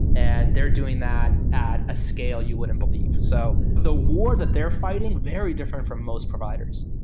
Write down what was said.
and they're doing that at a scale you wouldn't believe. so the war that they're fighting, very different from most providers